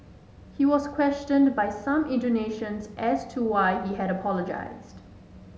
he was questioned by some Indonesians as to why he had apologised